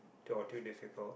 or too difficult